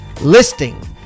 listing